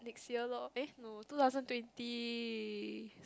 next year loh eh no two thousand twenty